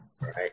right